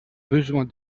besoin